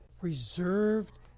reserved